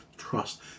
trust